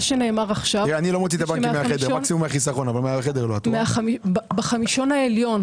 מה שנאמר עכשיו, בחמישון העליון